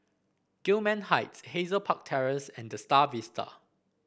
Gillman Heights Hazel Park Terrace and The Star Vista